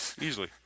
Easily